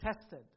tested